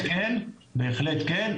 לכסות אותו כמו שצריך לעשות בתקנות החוק.